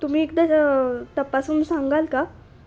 तुम्ही एकदा तपासून सांगाल का